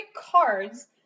cards